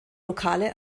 lokale